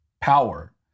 power